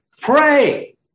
Pray